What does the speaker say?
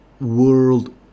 World